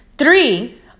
Three